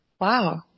Wow